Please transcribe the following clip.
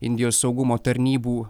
indijos saugumo tarnybų